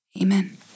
amen